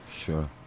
sure